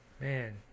Man